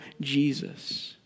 Jesus